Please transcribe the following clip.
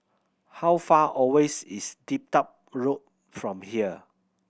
how far away is Dedap Road from here